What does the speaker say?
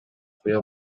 окуя